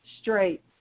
straight